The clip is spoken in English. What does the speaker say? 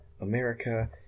America